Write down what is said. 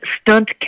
stunt